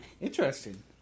Interesting